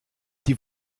die